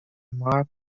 mark